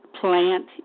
plant